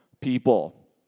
people